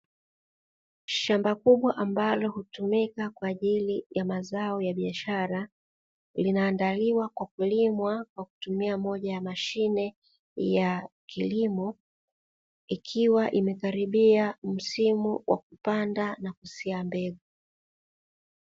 Shamba kubwa ambalo hutumika kwa ajili ya mazao ya biashara lina andaliwa kwa kulimwa kwa kutumia moja ya mashine ya kilimo, ikiwa imekaribia msimu wa kupanda na kusia mbegu.